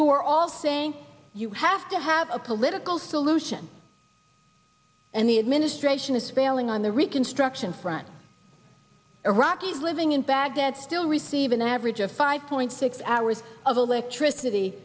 who are all saying you have to have a political solution and the administration is spelling on the reconstruction front iraq eve with being in baghdad still receive an average of five point six hours of electricity